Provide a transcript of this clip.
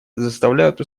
заставляют